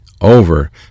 over